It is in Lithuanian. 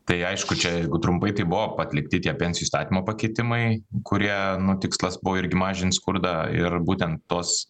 tai aišku čia jeigu trumpai tai buvo atlikti tie pensijų įstatymo pakeitimai kurie nu tikslas buvo irgi mažint skurdą ir būtent tuos